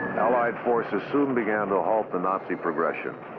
allied forces soon began to halt the nazi progression.